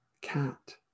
cat